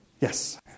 Yes